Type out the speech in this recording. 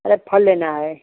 अरे फल लेने आए